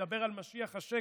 מדבר על משיח השקר.